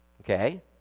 okay